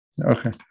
Okay